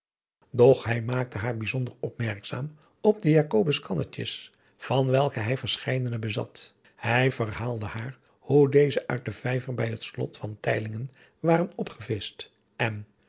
hij maakte haar bijzonder opmerkzaam op de jacoba's kannetjes van welke hij verscheidene bezat hij verhaalde haar hoe deze uit den vijver bij het slot van teylingen waren opgevischt en